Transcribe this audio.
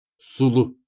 Sulu